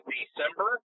December